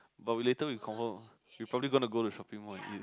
but we later confirm we probably going to go shopping malls and eat